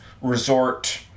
resort